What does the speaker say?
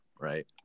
right